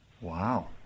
Wow